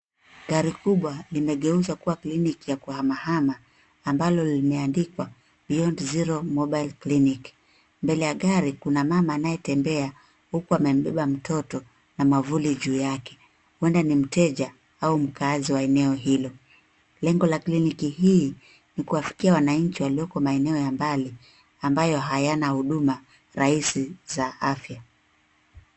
Gari kubwa limegeuzwa kuwa clinic(cs) ya kuhama hama ambalo limeandikwa, beyond zero mobile clinic (cs). Mbele ya gari kuna mama anayetembea huku amembeba mtoto na mwavuli juu yake. Huenda ni mteja au makazi wa eneo hilo. Lengo la clinic(cs) hii, ni kuwafikia wananchi walioko maeneo ya mbali ambayo hayana huduma rahisi za afya.